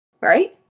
right